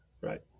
Right